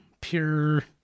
pure